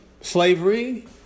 slavery